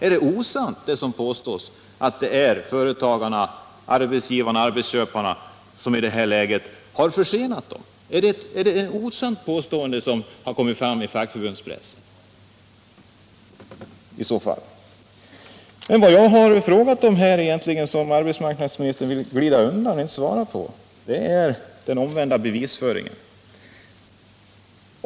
Är det osant som påstås, att det är företagarna-arbetsköparna som har försenat dem? Är det ett osant påstående i fackförbundspressen? Vad jag här har frågat om, och vad arbetsmarknadsministern vill glida undan utan att svara på, är den omvända bevisföringen.